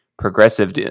Progressive